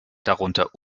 darunter